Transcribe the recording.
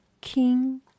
king